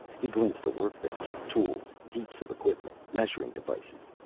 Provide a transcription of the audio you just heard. he glimpsed a workbench, tools, heaps of equipment, measuring devices,